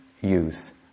youth